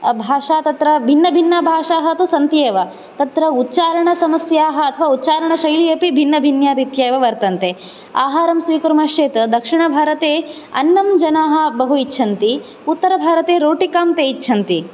भाषा तत्र भिन्नभिन्नभाषाः तु सन्ति एव तत्र उच्चारणसमस्याः अथवा उच्चारणशैली अपि भिन्नभिन्नरीत्या एव वर्तन्ते आहारं स्वीकुर्मश्चेत् दक्षिणभारते अन्नं जनाः बहु इच्छन्ति उत्तरभारते रोटिकां ते इच्छन्ति